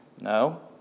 no